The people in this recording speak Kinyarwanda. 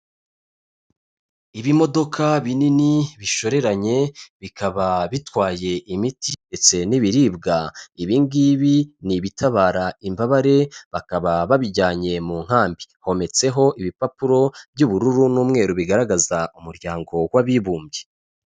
Ibimodoka binini bishoreranye bikaba bitwaye imiti ndetse n'ibiribwa, ibi ngibi ni ibitabara imbabare bakaba babijyanye mu nkambi, hometseho ibipapuro by'ubururu n'umweru bigaragaza umuryango w'abibumbye.